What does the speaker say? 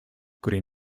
could